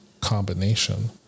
combination